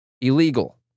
illegal